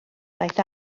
daeth